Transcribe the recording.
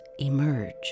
emerge